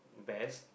best